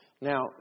Now